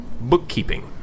bookkeeping